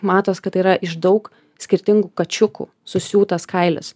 matosi kad yra iš daug skirtingų kačiukų susiūtas kailis